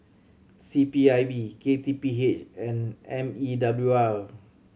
C P I B K T P H and M E W R